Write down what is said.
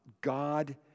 God